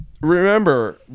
remember